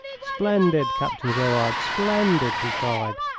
splendid, captain gerard, splendid! he cried.